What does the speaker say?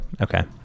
Okay